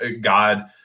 God